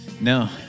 No